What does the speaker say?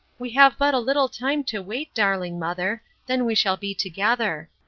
we have but a little time to wait, darling mother, then we shall be together.